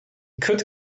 could